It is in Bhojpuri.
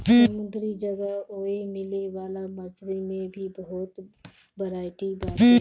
समुंदरी जगह ओए मिले वाला मछरी में भी बहुते बरायटी बाटे